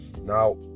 now